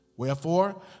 Wherefore